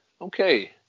Okay